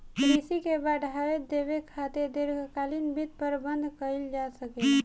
कृषि के बढ़ावा देबे खातिर दीर्घकालिक वित्त प्रबंधन कइल जा सकेला